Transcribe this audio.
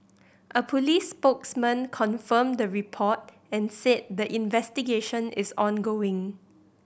a police spokesman confirmed the report and said the investigation is ongoing